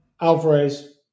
Alvarez